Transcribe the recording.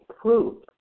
proof